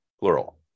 plural